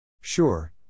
Sure